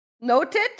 noted